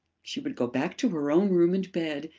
she would go back to her own room and bed